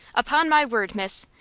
upon my word, miss,